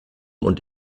und